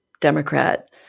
Democrat